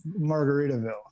Margaritaville